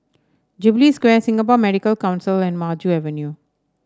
Jubilee Square Singapore Medical Council and Maju Avenue